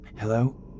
Hello